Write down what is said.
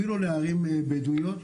אפילו לערים בדואיות,